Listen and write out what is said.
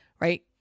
right